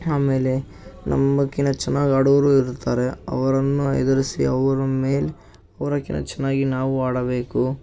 ಆಮೇಲೆ ನಮ್ಮಕ್ಕಿನ ಚೆನ್ನಾಗಿ ಆಡೋರೂ ಇರ್ತಾರೆ ಅವರನ್ನು ಎದುರಿಸಿ ಅವರ ಮೇಲೆ ಅವ್ರಕ್ಕಿನ್ ಚೆನ್ನಾಗಿ ನಾವೂ ಆಡಬೇಕು